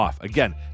Again